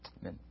Amen